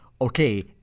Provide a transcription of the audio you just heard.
okay